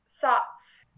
thoughts